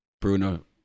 Bruno